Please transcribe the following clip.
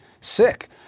sick